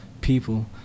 people